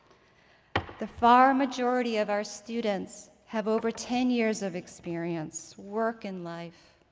the far majority of our students have over ten years of experience, work and life.